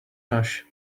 rush